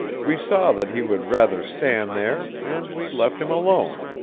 we saw that he would rather stand there, and we left him alone.